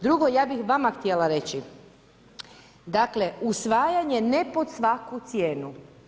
Drugo, ja bih vama htjela reći, dakle usvajanje ne pod svaku cijenu.